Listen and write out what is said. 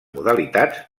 modalitats